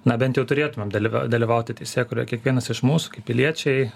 na bent jau turėtumėm dalyvau dalyvauti teisėkūroje kiekvienas iš mūsų kaip piliečiai